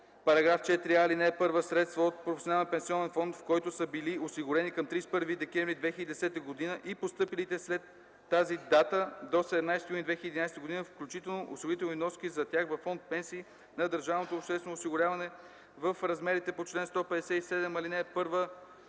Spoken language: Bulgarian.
професионалния пенсионен фонд, в който са били осигурени към 31 декември 2010 г., и постъпилите след тази дата до 17 юни 2011 г. включително, осигурителни вноски за тях във фонд "Пенсии" на държавното обществено осигуряване, в размерите по чл. 157, ал. 1,